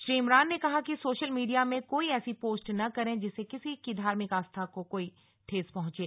श्री इमरान ने कहा कि सोशल मीडिया मे कोई ऐसी पोस्ट न करें जिससे किसी की धार्मिक आस्था को कोई ठेस पंहुचे